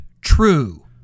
true